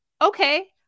okay